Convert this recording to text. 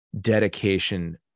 dedication